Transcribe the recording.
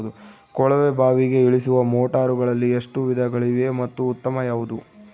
ಕೊಳವೆ ಬಾವಿಗೆ ಇಳಿಸುವ ಮೋಟಾರುಗಳಲ್ಲಿ ಎಷ್ಟು ವಿಧಗಳಿವೆ ಮತ್ತು ಉತ್ತಮ ಯಾವುದು?